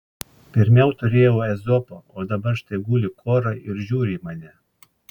pirmiau turėjau ezopą o dabar štai guli kora ir žiūri į mane